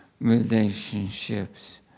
relationships